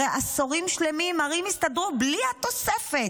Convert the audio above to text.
הרי עשורים שלמים ערים הסתדרו בלי התוספת.